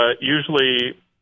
usually